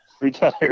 Retired